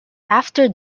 after